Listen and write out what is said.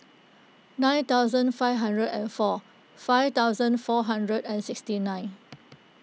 nine thousand five hundred and four five thousand four hundred and sixty nine